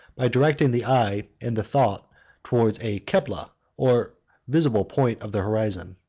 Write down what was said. by directing the eye and the thought towards a kebla, or visible point of the horizon.